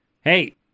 hey